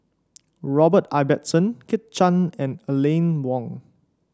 Robert Ibbetson Kit Chan and Aline Wong